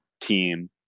team